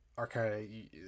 Okay